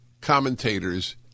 commentators